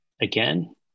again